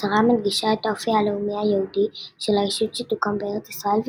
ההצהרה מדגישה את האופי הלאומי היהודי של הישות שתוקם בארץ ישראל,